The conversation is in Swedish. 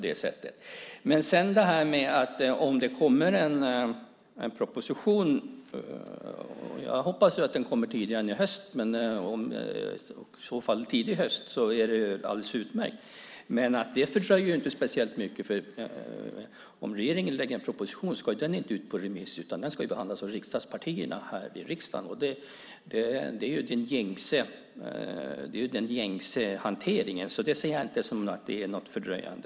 Om det kommer en proposition, jag hoppas ju att den kommer tidigare än i höst, i så fall tidigt i höst är det alldeles utmärkt. Det fördröjer ju inte speciellt mycket, för om regeringen lägger fram en proposition ska den inte ut på remiss. Den ska behandlas av riksdagspartierna här i riksdagen. Det är ju den gängse hanteringen. Det ser jag inte som något fördröjande.